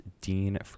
Dean